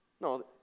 no